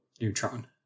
neutron